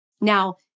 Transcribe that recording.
Now